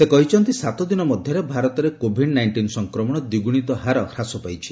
ସେ କହିଛନ୍ତି ସାତ ଦିନ ମଧ୍ୟରେ ଭାରତରେ କୋଭିଡ୍ ନାଇଷ୍ଟିନ୍ ସଂକ୍ରମଣ ଦ୍ୱିଗୁଣିତ ହାର ହ୍ରାସ ପାଇଛି